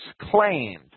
claimed